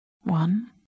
one